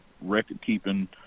record-keeping